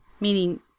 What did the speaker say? Meaning